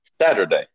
Saturday